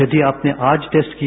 यदि आपने आज टेस्ट किया